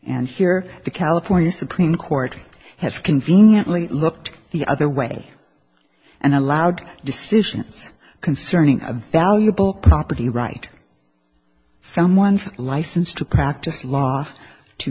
and here the california supreme court has conveniently looked the other way and allowed decisions concerning a valuable property right someone's license to practice law to